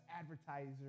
advertiser